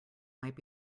might